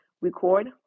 Record